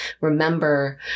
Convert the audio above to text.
remember